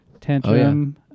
tantrum